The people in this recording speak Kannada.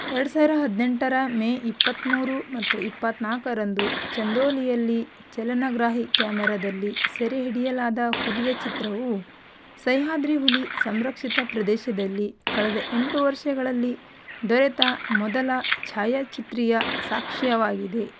ಎರಡು ಸಾವಿರ ಹದಿನೆಂಟರ ಮೇ ಇಪ್ಪತ್ತ್ಮೂರು ಮತ್ತು ಇಪ್ಪತ್ತನಾಲ್ಕರಂದು ಚಂದೋಲಿಯಲ್ಲಿ ಚಲನಗ್ರಾಹಿ ಕ್ಯಾಮರದಲ್ಲಿ ಸೆರೆಹಿಡಿಯಲಾದ ಹುಲಿಯ ಚಿತ್ರವು ಸಹ್ಯಾದ್ರಿ ಹುಲಿ ಸಂರಕ್ಷಿತ ಪ್ರದೇಶದಲ್ಲಿ ಕಳೆದ ಎಂಟು ವರ್ಷಗಳಲ್ಲಿ ದೊರೆತ ಮೊದಲ ಛಾಯಾಚಿತ್ರೀಯ ಸಾಕ್ಷ್ಯವಾಗಿದೆ